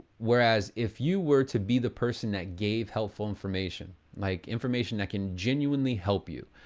whereas if you were to be the person that gave helpful information, like information that can genuinely help you,